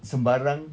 sembarang